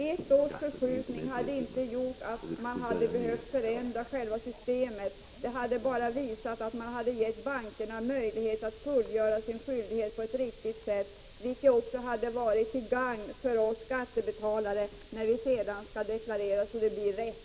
Ett års förskjutning hade inte behövt förändra själva systemet. Det hade bara gett bankerna möjlighet att fullgöra sin skyldighet på ett riktigt sätt, vilket också varit till gagn för oss skattebetalare när vi sedan skall deklarera, så att det blir rätt.